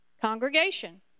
congregation